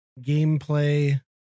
gameplay